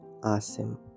Asim